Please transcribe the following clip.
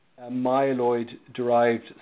myeloid-derived